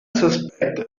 suspected